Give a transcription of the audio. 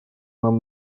нам